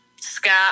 Scott